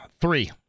Three